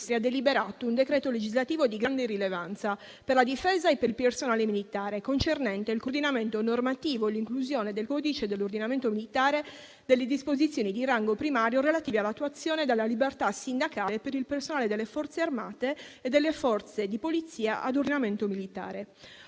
ha deliberato un decreto legislativo di grande rilevanza per il Ministero della difesa e per il personale militare, concernente il coordinamento normativo e l'inclusione nel codice dell'ordinamento militare delle disposizioni di rango primario relative all'attuazione della libertà sindacale per il personale delle forze armate e delle forze di polizia ad ordinamento militare;